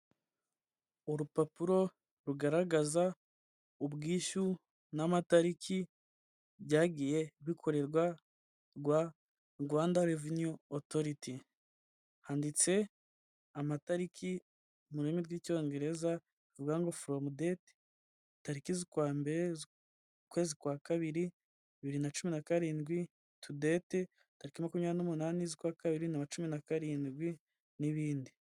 Urupapuro rugaragaza ubwishyu n'amatariki byagiye bikorerwa Rwanda reveni otoriti. Handitse amatariki mu rurimi rw'icyongereza bivuga ngo from date tariki zu kwa mbere ukwezi kwa kabiri bibiri na cumi na karindwi to date tariki makumyabiri n'umunani z'ukwa kabiri na cumi na karindwi n'ibindi.